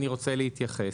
אני רוצה להתייחס.